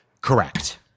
Correct